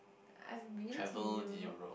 I've been to Europe